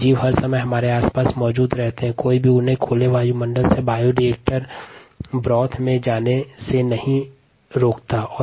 जीव हर समय हमारे आस पास हवा में मौजूद रहते हैं और कोई भी उन्हें खुले वायुमंडल से बायोरिएक्टर ब्रोथ में जाने से नहीं रोकता है